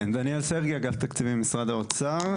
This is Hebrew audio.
דניאל סרגיי, אגף תקציבים, משרד האוצר.